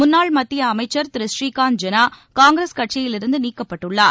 முன்னாள் மத்திய அமைச்சர் திரு ஸ்ரீகாந்த் ஜெனா காங்கிரஸ் கட்சியிலிருந்து நீக்கப்பட்டுள்ளார்